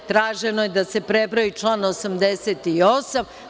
Traženo je da se prebroji, član 88.